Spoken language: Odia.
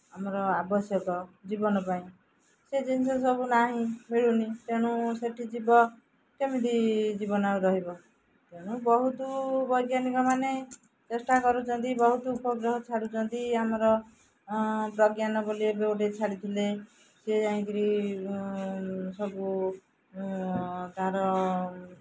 ଆମର ଆବଶ୍ୟକ ଜୀବନ ପାଇଁ ସେ ଜିନିଷ ସବୁ ନାହିଁ ମିଳୁନି ତେଣୁ ସେଇଠି ଯିବ କେମିତି ଜୀବନ ଆଉ ରହିବ ତେଣୁ ବହୁତ ବୈଜ୍ଞାନିକମାନେ ଚେଷ୍ଟା କରୁଛନ୍ତି ବହୁତ ଉପଗ୍ରହ ଛାଡ଼ୁଛନ୍ତି ଆମର ପ୍ରଜ୍ଞାନ ବୋଲି ଏବେ ଗୋଟେ ଛାଡ଼ିଥିଲେ ସେି ଯାଇକରି ସବୁ ତା'ର